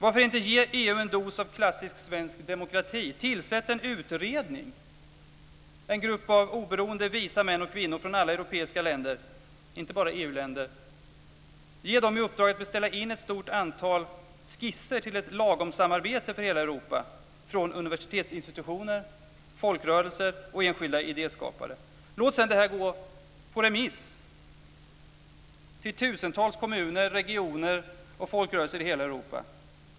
Varför inte ge EU en dos av klassisk svensk demokrati? Tillsätt en utredning, en grupp av oberoende visa män och kvinnor från alla europeiska länder, inte bara EU-länder. Ge dem i uppdrag att beställa in ett stort antal skisser till ett lagomsamarbete för hela Europa, från universitetsinstitutioner, folkrörelser och enskilda idéskapare. Låt det sedan gå på remiss till tusentals kommuner, regioner och folkrörelser i hela Europa.